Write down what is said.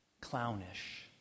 clownish